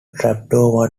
trapdoor